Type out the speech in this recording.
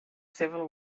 civil